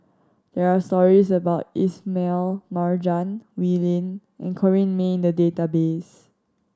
there are stories about Ismail Marjan Wee Lin and Corrinne May in the database